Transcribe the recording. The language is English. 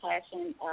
passion